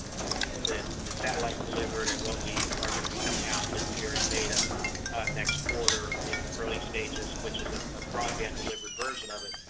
the satellite delivered and what we are going to be coming out with here in beta next quarter in the early stages which is a ah broadband delivered version of it.